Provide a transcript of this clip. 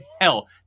hell